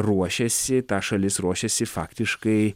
ruošiasi ta šalis ruošiasi faktiškai